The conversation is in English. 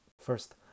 first